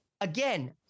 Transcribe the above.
Again